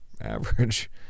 average